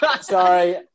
sorry